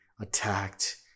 attacked